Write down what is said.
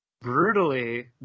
brutally